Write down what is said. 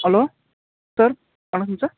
hello sir வணக்கம் sir